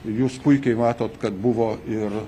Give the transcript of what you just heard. jūs puikiai matot kad buvo ir